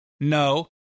No